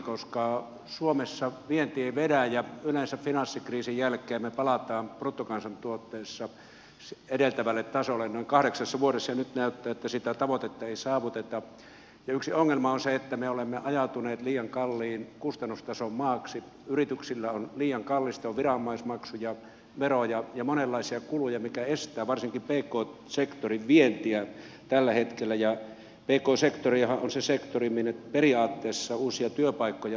kun suomessa vienti ei vedä ja yleensä finanssikriisin jälkeen me palaamme bruttokansantuotteessa edeltävälle tasolle noin kahdeksassa vuodessa mutta nyt näyttää että sitä tavoitetta ei saavuteta ja yksi ongelma on se että me olemme ajautuneet liian kalliin kustannustason maaksi yrityksillä on liian kallista on viranomaismaksuja veroja ja monenlaisia kuluja mikä estää varsinkin pk sektorin vientiä tällä hetkellä ja pk sektorihan on se sektori minne periaatteessa uusia työpaikkoja syntyy